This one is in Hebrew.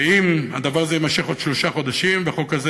ואם הדבר הזה יימשך עוד שלושה חדשים והחוק הזה